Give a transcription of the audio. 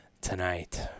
tonight